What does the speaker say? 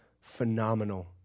phenomenal